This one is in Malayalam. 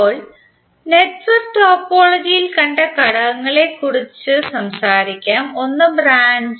ഇപ്പോൾ നെറ്റ്വർക്ക് ടോപ്പോളജിയിൽ കണ്ട ഘടകങ്ങളെക്കുറിച്ച് സംസാരിക്കാം ഒന്ന് ബ്രാഞ്ച്